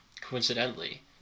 coincidentally